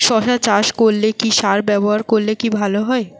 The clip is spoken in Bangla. শশা চাষ করলে কি সার ব্যবহার করলে ভালো হয়?